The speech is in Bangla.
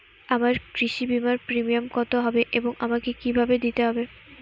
আমার কৃষি বিমার প্রিমিয়াম কত হবে এবং আমাকে কি ভাবে দিতে হবে?